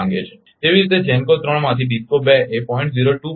તેવી જ રીતે GENCO 3 માંથી DISCO 2 એ 0